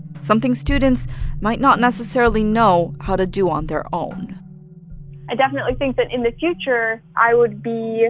something students might not necessarily know how to do on their own i definitely think that, in the future, i would be